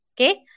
okay